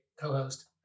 co-host